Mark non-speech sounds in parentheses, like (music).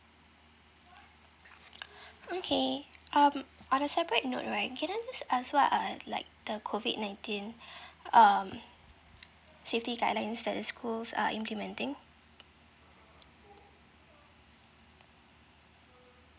(breath) okay um on a separate note right can I just ask what are like the COVID nineteen (breath) um safety guidelines that schools are implementing